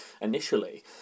initially